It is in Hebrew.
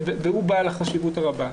והוא בעל החשיבות הרבה.